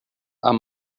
amb